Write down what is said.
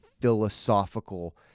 philosophical